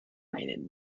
einen